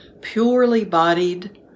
purely-bodied